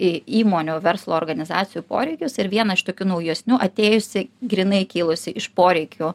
į įmonių verslo organizacijų poreikius ir vieną tokių naujesnių atėjusi grynai kilusi iš poreikių